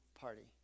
party